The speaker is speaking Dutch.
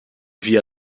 via